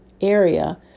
area